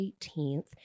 18th